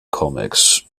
comics